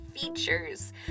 features